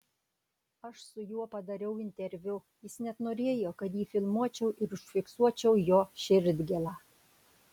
aš su juo padariau interviu jis net norėjo kad jį filmuočiau ir užfiksuočiau jo širdgėlą